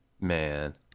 man